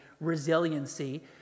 resiliency